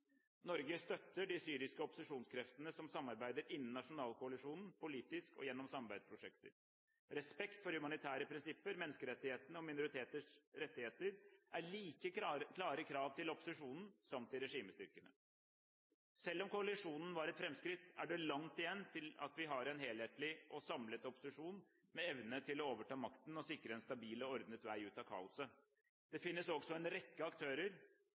Norge støtter de syriske opposisjonskreftene som samarbeider innen Nasjonalkoalisjonen, politisk og gjennom samarbeidsprosjekter. Respekt for humanitære prinsipper, menneskerettighetene og minoriteters rettigheter er like klare krav til opposisjonen som til regimestyrkene. Selv om koalisjonen var et framskritt, er det langt igjen til vi har en helhetlig og samlet opposisjon med evne til å overta makten og sikre en stabil og ordnet vei ut av kaoset. Det finnes også en rekke aktører,